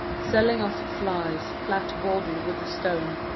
s elling of flies, flat bawdry with the stone,